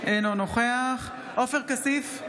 אינו נוכח עופר כסיף,